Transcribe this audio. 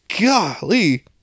Golly